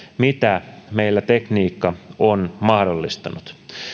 mitä meillä tekniikka on mahdollistanut